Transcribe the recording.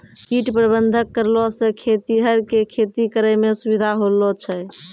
कीट प्रबंधक करलो से खेतीहर के खेती करै मे सुविधा होलो छै